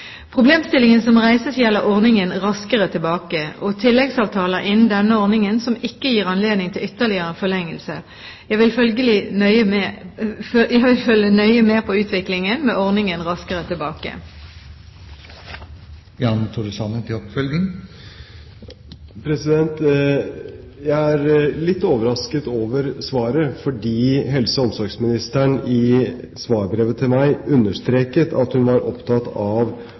Problemstillingen som reises, gjelder ordningen Raskere tilbake og tilleggsavtaler innen denne ordningen som ikke gir anledning til ytterligere forlengelse. Jeg vil følge nøye med på utviklingen med ordningen Raskere tilbake. Jeg er litt overrasket over svaret, fordi helse- og omsorgsministeren i svarbrevet til meg understreket at hun var opptatt av